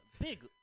big